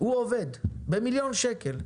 הוא עובד במיליון שקל.